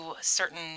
certain